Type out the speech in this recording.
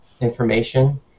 Information